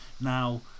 Now